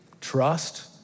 trust